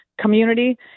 community